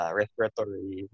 respiratory